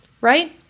right